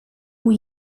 hoe